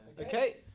Okay